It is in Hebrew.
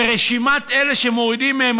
ורשימת אלה שמורידים מהם,